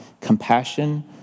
Compassion